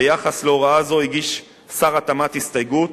ביחס להוראה זו הגיש שר התמ"ת הסתייגות,